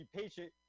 patient